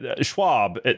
Schwab